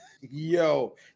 Yo